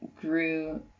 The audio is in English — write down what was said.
grew